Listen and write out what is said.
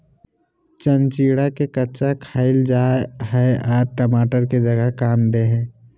चिचिंडा के कच्चा खाईल जा हई आर टमाटर के जगह काम दे हइ